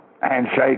handshake